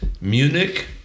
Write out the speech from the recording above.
Munich